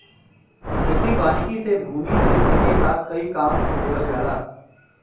कृषि वानिकी से भूमि से एके साथ कई काम लेवल जाला